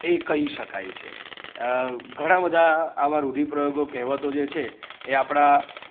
એ કહી શકાય છે ઘણા બધા આવા રૂઢિપ્રયોગો કહેવતો જે છે એ આપણા